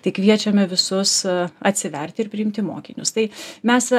tai kviečiame visus atsiverti ir priimti mokinius tai mes